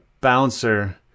bouncer